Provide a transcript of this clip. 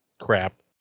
crap